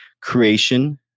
creation